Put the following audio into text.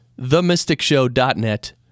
TheMysticShow.net